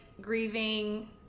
grieving